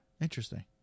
Interesting